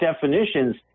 definitions